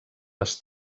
les